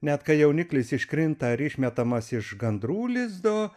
net kai jauniklis iškrinta ar išmetamas iš gandrų lizdo